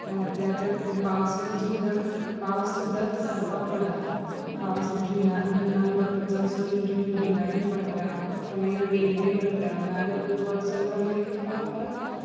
तें तें आतां पावसान सुद्दां पावस सुद्दां आतां सारको पडना पावस जुना जुनान पडपाचो आसून जून जुलायान पडटा केन्ना केन्ना बेगिनूय पडटा ना जाल्यार फूल वर्सभर मदीं मदीं पावस पडत आसता